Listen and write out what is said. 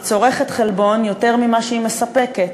היא צורכת חלבון יותר ממה שהיא מספקת.